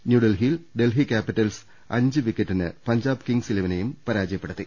ന്യൂഡൽഹിയിൽ ഡൽഹി കൃാപിറ്റൽസ് അഞ്ച് വിക്കറ്റിന് പഞ്ചാബ് കിങ്സ് ഇലവനെയും തോൽപ്പിച്ചു